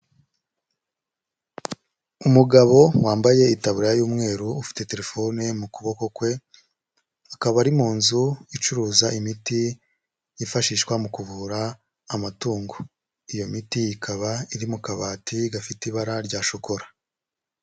Umugabo wambaye itaburiya y'umweru ufite telefone mu kuboko kwe, akaba ari mu nzu icuruza imiti yifashishwa mu kuvura amatungo. Iyo miti ikaba iri mu kabati gafite ibara rya shokora.